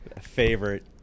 favorite